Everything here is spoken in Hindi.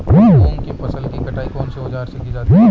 मूंग की फसल की कटाई कौनसे औज़ार से की जाती है?